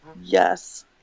Yes